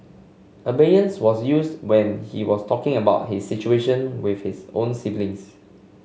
Abeyance was used when he was talking about his situation with his own siblings